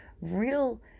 real